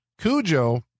Cujo